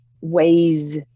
ways